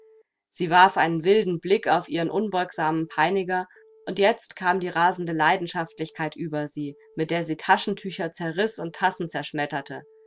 sie warf einen wilden blick auf ihren unbeugsamen peiniger und jetzt kam die rasende leidenschaftlichkeit über sie mit der sie taschentücher zerriß und tassen zerschmetterte